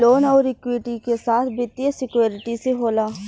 loan अउर equity के साथ वित्तीय सिक्योरिटी से होला